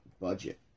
budget